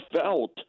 felt